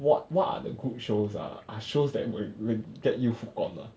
what what are the good shows ah are shows that will will get you hook on lah